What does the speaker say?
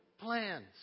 plans